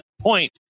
point